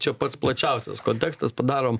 čia pats plačiausias kontekstas padarom